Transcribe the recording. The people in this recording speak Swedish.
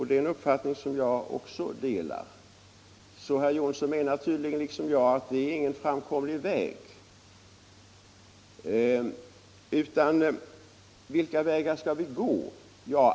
Den uppfattningen delar jag. Herr Jonsson menar tydligen liksom jag att detta inte är någon framkomlig väg. Vilka vägar skall vi då gå?